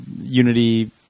Unity